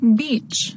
beach